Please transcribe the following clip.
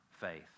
faith